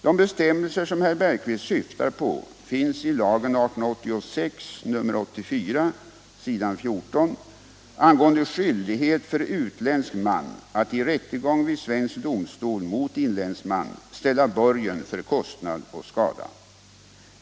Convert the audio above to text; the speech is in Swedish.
De bestämmelser som herr Bergqvist syftar på finns i lagen angående skyldighet för utländsk man att i rättegång vid svensk domstol mot inländsk man ställa borgen för kostnad och skada.